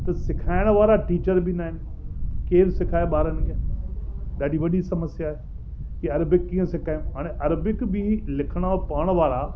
त सेखारण वारा टीचर बि न आहिनि केरु सेखारे ॿारनि खे ॾाढी वॾी समस्या आहे की अरबिक कीअं सेखारियूं हाणे अरबिक बि लिखण ऐं पढ़ण वारा